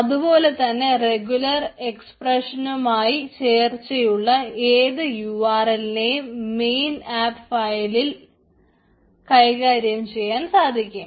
അതുപോലെതന്നെ റെഗുലർ എക്സ്പ്രഷനുമായി ചേർച്ചയുള്ള ഏത് യുആർഎൽനെയും മെയിൻ ആപ്പ് ഫയലിന് കൈകാര്യം ചെയ്യാൻ സാധിക്കും